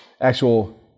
actual